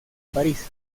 parís